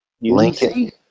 Lincoln